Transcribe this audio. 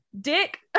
dick